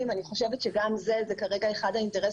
עם משרד הפנים ומינהל התכנון מספקות את ההגנה